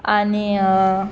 आनी